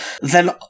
then-